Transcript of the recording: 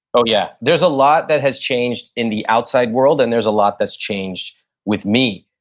oh, yeah. there's a lot that has changed in the outside world and there's a lot that's changed with me.